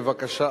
בבקשה,